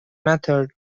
method